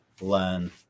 learn